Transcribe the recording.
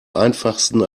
einfachsten